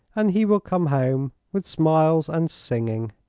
and he will come home with smiles and singing.